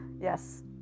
yes